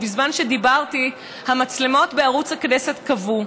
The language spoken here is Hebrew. ובזמן שדיברתי המצלמות בערוץ הכנסת כבו,